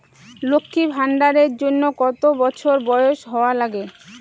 লক্ষী ভান্ডার এর জন্যে কতো বছর বয়স হওয়া লাগে?